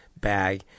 bag